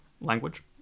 language